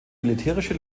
militärische